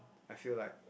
I feel like